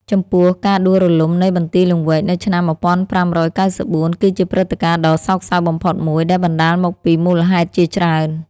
ចំពោះ ការដួលរលំនៃបន្ទាយលង្វែកនៅឆ្នាំ ១៥៩៤ គឺជាព្រឹត្តិការណ៍ដ៏សោកសៅបំផុតមួយ ដែលបណ្ដាលមកពីមូលហេតុជាច្រើន។